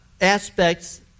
aspects